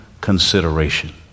consideration